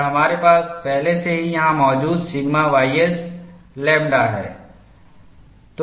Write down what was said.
और हमारे पास पहले से ही यहाँ मौजूद सिग्मा ys लैम्ब्डा है